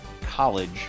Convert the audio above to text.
College